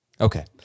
Okay